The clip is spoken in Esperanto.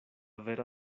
vera